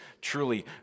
truly